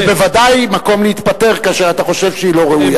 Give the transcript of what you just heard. בוודאי מקום להתפטר כאשר אתה חושב שהיא לא ראויה.